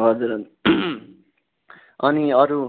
हजुर हजुर अनि अरू